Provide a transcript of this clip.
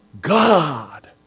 God